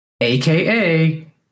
AKA